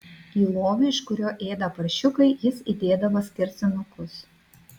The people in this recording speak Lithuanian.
į lovį iš kurio ėda paršiukai jis įdėdavo skersinukus